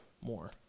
more